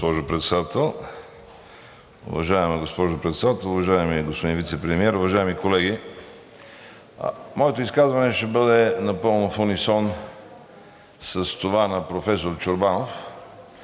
Моето изказване ще бъде напълно в унисон с това на професор Чорбанов,